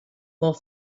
more